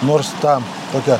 nors ta tokia